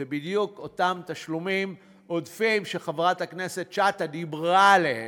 אלה בדיוק אותם תשלומים עודפים שחברת הכנסת שטה דיברה עליהם,